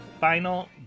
final